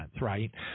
right